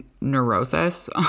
neurosis